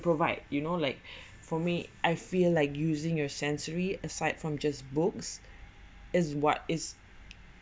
provide you know like for me I feel like using your sensory aside from just books is what is